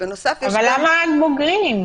אבל למה רק בוגרים?